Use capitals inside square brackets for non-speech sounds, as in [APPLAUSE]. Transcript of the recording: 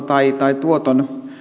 [UNINTELLIGIBLE] tai tai tuoton